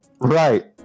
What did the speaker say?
Right